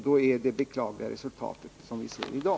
Då är det beklagliga resultatet det som vi ser i dag.